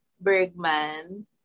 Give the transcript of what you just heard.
Bergman